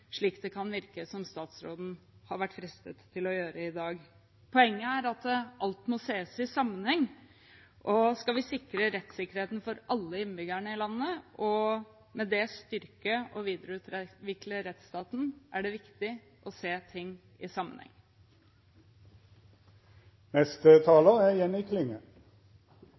slik det kan virke som statsråden har vært fristet til å gjøre i dag. Poenget er at alt må ses i sammenheng, og skal vi sikre rettssikkerheten for alle innbyggerne i landet og med det styrke og videreutvikle rettsstaten, er det viktig å se ting i